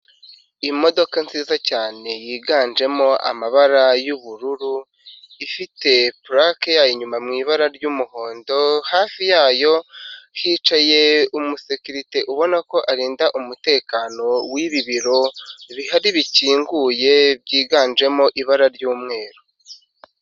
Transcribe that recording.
Imodoka nziza cyane yiganjemo amabara y'ubururu, ifite puraque yayo inyuma mu ibara ry'umuhondo, hafi yayo hicaye umusekirite ubona ko arinda umutekano w'ibibiro bihari bikinguye byiganjemo ibara ry'umweru.